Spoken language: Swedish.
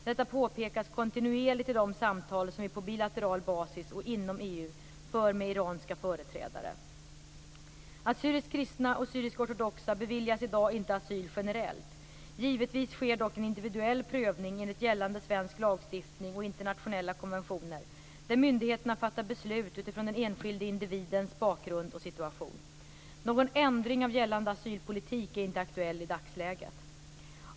Detta påpekas kontinuerligt i de samtal som vi på bilateral basis och inom EU för med iranska företrädare. Assyriskt kristna och syrisk-ortodoxa beviljas i dag inte asyl generellt. Givetvis sker dock en individuell prövning enligt gällande svensk lagstiftning och internationella konventioner, där myndigheterna fattar beslut utifrån den enskilde individens bakgrund och situation. Någon ändring av gällande asylpolitik är inte aktuell i dagsläget.